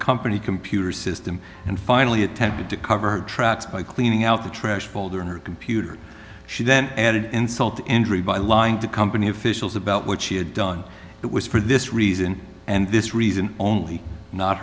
company computer system and finally attempted to cover her tracks by cleaning out the trash folder in her computer she then added insult to injury by lying to company officials about what she had done it was for this reason and this reason only not